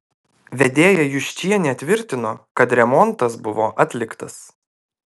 vedėja juščienė tvirtino kad remontas buvo atliktas